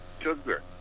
sugar